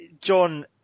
John